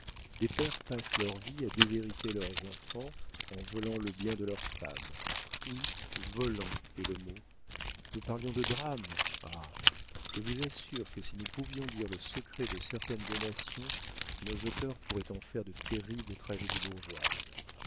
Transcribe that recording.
des pères passent leur vie à déshériter leurs enfants en volant le bien de leurs femmes oui volant est le mot nous parlions de drame ah je vous assure que si nous pouvions dire le secret de certaines donations nos auteurs pourraient en faire de terribles tragédies bourgeoises